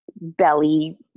belly